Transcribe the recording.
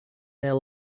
their